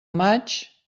maig